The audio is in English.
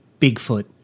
Bigfoot